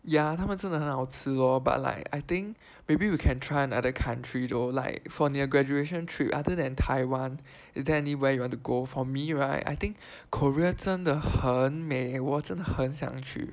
ya 他们真的很好吃 lor but like I think maybe we can try another country though like for 你的 graduation trip other than Taiwan is there anywhere you want to go for me right I think Korea 真的很美我真的很想去